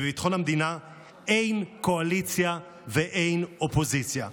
בביטחון המדינה אין קואליציה ואין אופוזיציה.